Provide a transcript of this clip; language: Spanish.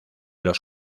los